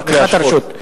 בתמיכת הרשות.